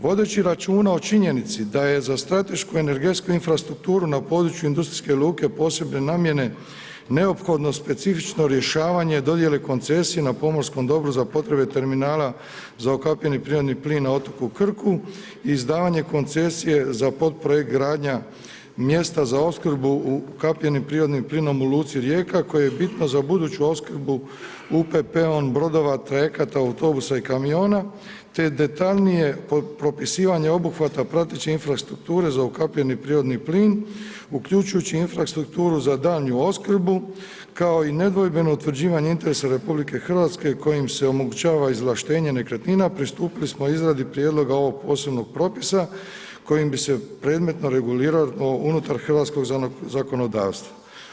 Vodeći računa o činjenici da je za stratešku energetsku infrastrukturu na području industrijske ruke posebne namjene neophodno specifično rješavanje dodjele koncesije na pomorskom dobru za potrebe terminala za ukapljeni prirodni plin na otoku Krku i izdavanje koncesije za podprojekt gradnja mjesta za opskrbu ukapljenim prirodnim plinom u luci Rijeka koja je bitna za buduću opskrbu UPP-om brodova, trajekata, autobusa i kamiona te detaljnije propisivanje obuhvata prateći infrastrukture za ukapljeni prirodni plin, uključujući infrastrukturu za daljnju opskrbu, kao i nedvojbeno utvrđivanje interesa RH kojim se omogućava izvlaštenje nekretnina, pristupili smo izradu prijedloga ovog posebnog propisa kojim bi se predmetno reguliralo unutar hrvatskog zakonodavstva.